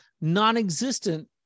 non-existent